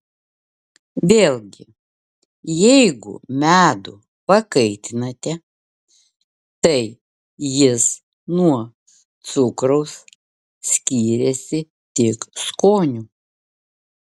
vėlgi jeigu medų pakaitinate tai jis nuo cukraus skiriasi tik skoniu